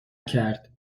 کرد